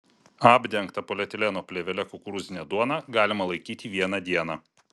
apdengtą polietileno plėvele kukurūzinę duoną galima laikyti vieną dieną